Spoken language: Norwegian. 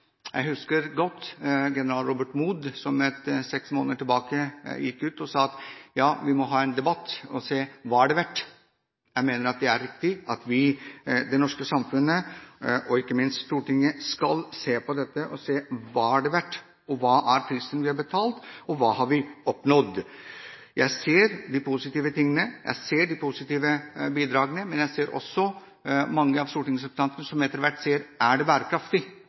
Jeg husker godt da generalmajor Robert Mood for seks måneder siden gikk ut og sa at vi må ha en debatt for å se om det var verdt det. Jeg mener det er riktig at det norske samfunnet og ikke minst Stortinget ser på om det var verdt det, hva prisen vi betalte, var, og hva vi har oppnådd. Jeg ser de positive tingene, jeg ser de positive bidragene, men jeg ser også at mange stortingsrepresentanter spør om det er bærekraftig.